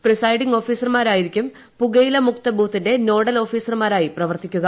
presiding ഓഫീസർമാരായിരിക്കും പുകയില മുക്ത ബൂത്തിന്റെ നോഡൽ ഓഫീസർമാരായി പ്രവർത്തിക്കുക